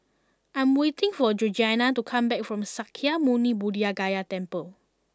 I am waiting for Georgianna to come back from Sakya Muni Buddha Gaya Temple